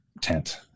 tent